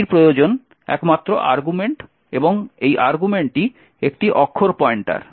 এটির প্রয়োজন একমাত্র আর্গুমেন্ট এবং এই আর্গুমেন্টটি একটি অক্ষর পয়েন্টার